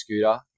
scooter